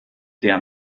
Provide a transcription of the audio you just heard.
der